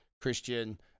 Christian